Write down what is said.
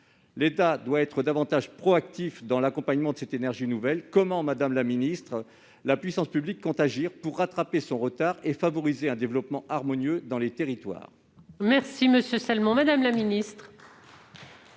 L'État doit être davantage proactif dans l'accompagnement de cette énergie nouvelle. Comment, madame la ministre, la puissance publique compte-t-elle agir pour rattraper ce retard et favoriser un développement harmonieux dans les territoires ? La parole est à Mme la ministre